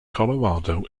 colorado